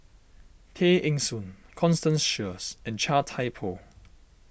Tay Eng Soon Constance Sheares and Chia Thye Poh